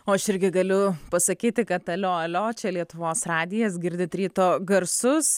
o aš irgi galiu pasakyti kad alio alio čia lietuvos radijas girdit ryto garsus